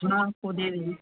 को दे रहे हैं